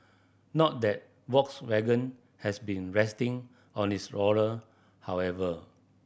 not that Volkswagen has been resting on its laurel however